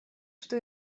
что